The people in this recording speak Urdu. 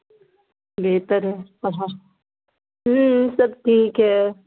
بہتر ہے پڑھا ہوں سب ٹھیک ہے